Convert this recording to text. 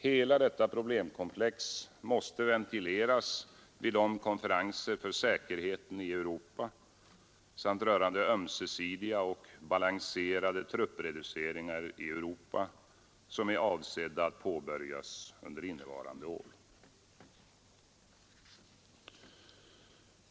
Hela detta problemkomplex måste ventileras vid de konferenser för säkerheten i Europa samt rörande ömsesidiga och balanserade truppreduceringar i Europa, som är avsedda att påbörjas under innevarande år.